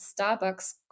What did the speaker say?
starbucks